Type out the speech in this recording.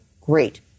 great